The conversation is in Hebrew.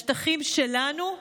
השטחים שלנו?